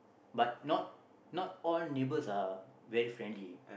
but not not all neighbours are very friendly